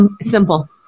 simple